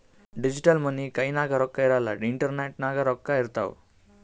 digital money ಕೈನಾಗ್ ರೊಕ್ಕಾ ಇರಲ್ಲ ಇಂಟರ್ನೆಟ್ ನಾಗೆ ರೊಕ್ಕಾ ಇರ್ತಾವ್